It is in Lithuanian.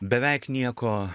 beveik nieko